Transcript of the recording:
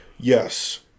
Yes